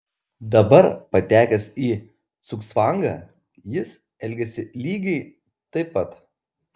dabar patekęs į cugcvangą jis elgiasi lygiai taip pat